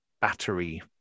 battery